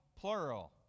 plural